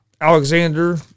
Alexander